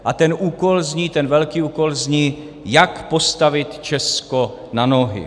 A ten úkol zní, ten velký úkol zní, jak postavit Česko na nohy.